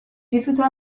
rifiutò